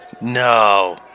No